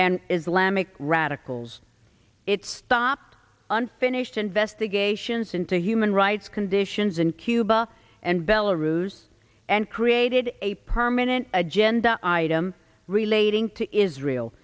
and islamic radicals it stopped unfinished investigations into human rights conditions in cuba and bella ruse and created a permanent agenda item relating to israel